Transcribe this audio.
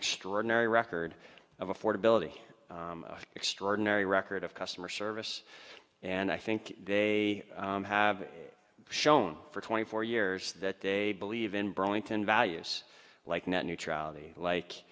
extraordinary record of affordability extraordinary record of customer service and i think they have shown for twenty four years that they believe in burlington values like net